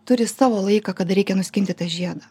turi savo laiką kada reikia nuskinti tą žiedą